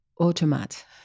automat